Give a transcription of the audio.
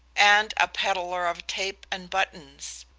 and a peddler of tape and buttons.